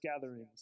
gatherings